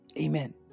Amen